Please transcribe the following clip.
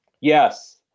yes